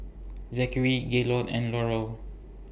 Zakary Gaylord and Laurel